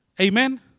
Amen